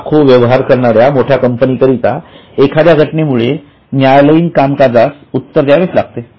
लाखो व्यवहार करणाऱ्या मोठ्या कंपनी करिता अश्या प्रकारच्या एखाद्या घटनेमुळे न्यायालयीन खटल्यास सामोरे जावेच लागते